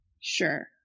Sure